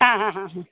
ആഹാഹാ